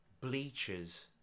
bleachers